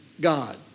God